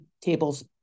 table's